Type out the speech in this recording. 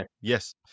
Yes